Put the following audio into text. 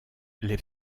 les